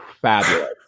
fabulous